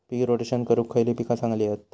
पीक rotation करूक खयली पीका चांगली हत?